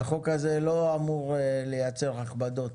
החוק הזה לא אמור לייצר הכבדות.